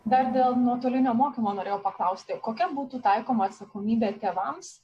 dar dėl nuotolinio mokymo norėjau paklausti kokia būtų taikoma atsakomybė tėvams